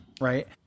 right